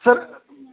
sir